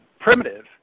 primitive